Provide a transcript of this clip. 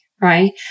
right